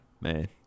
Man